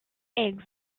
eggs